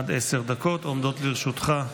עד עשר דקות עומדות לרשותך.